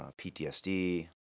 PTSD